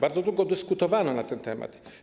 Bardzo długo dyskutowano na ten temat.